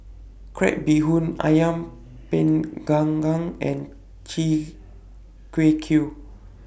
Crab Bee Hoon Ayam Panggang and Chi Kak Kuih